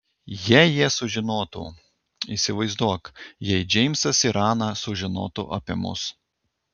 jei jie sužinotų įsivaizduok jei džeimsas ir ana sužinotų apie mus